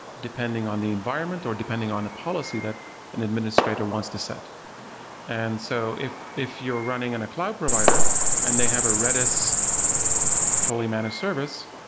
depending on the environment, or depending on the policy that an administrator wants to set and so if if you're running on a cloud provider and they have a redis fully managed service,